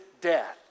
death